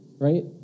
right